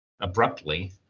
abruptly